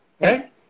Right